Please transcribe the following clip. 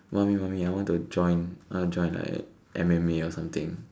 mummy mummy I want to join I want to join like M_M_A or something